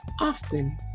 often